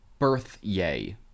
birthyay